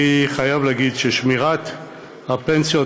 אני חייב להגיד ששמירת הפנסיות,